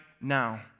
now